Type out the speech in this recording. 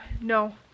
No